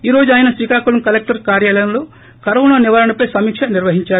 ఈ రోజు ఆయన శ్రీకాకుళం కలెక్టర్ కార్యాలయంలో కరోనా నివారణపై సమీక్ష నిర్సహించారు